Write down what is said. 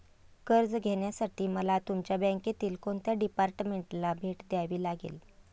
कर्ज घेण्यासाठी मला तुमच्या बँकेतील कोणत्या डिपार्टमेंटला भेट द्यावी लागेल?